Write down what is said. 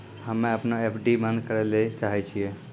हम्मे अपनो एफ.डी बन्द करै ले चाहै छियै